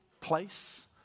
place